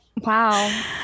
wow